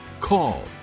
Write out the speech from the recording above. call